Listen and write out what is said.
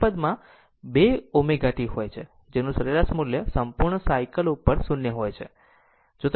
અન્ય પદમાં 2 ω t હોય છે જેનું સરેરાશ મૂલ્ય સંપૂર્ણ સાયકલ ઉપર શૂન્ય હોય છે